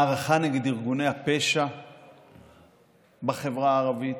מערכה נגד ארגוני הפשע בחברה הערבית,